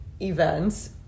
events